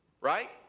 right